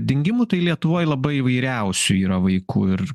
dingimų tai lietuvoj labai įvairiausių yra vaikų ir